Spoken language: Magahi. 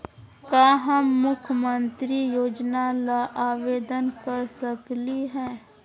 का हम मुख्यमंत्री योजना ला आवेदन कर सकली हई?